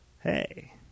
hey